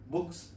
Books